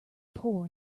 poor